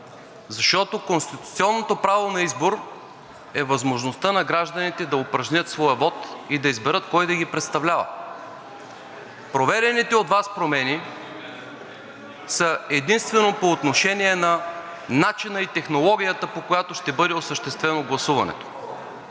защото конституционното право на избор е възможността на гражданите да упражнят своя вот и да изберат кой да ги представлява. Проведените от Вас промени са единствено по отношение на начина и технологията, по която ще бъде осъществено гласуването.